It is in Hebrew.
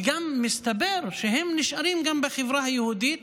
ומסתבר שהם נשארים גם בחברה היהודית,